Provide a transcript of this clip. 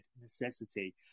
necessity